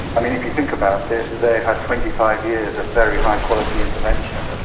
i mean, if you think about it, they've had twenty five years of very high-quality intervention.